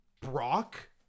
Brock